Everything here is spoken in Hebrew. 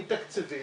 היא תקציבים